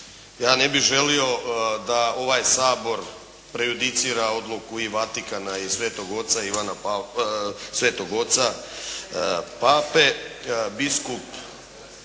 ja ne bih želio da ovaj Sabor prejudicira odluku i Vatikana i Svetog Oca Pape, biskup,